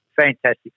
fantastic